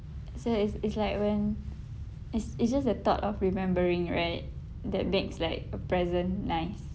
so it's it's like when it's it's just the thought of remembering right that makes like a present nice